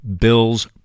bills